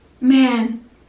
Man